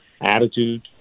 attitude